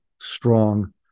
strong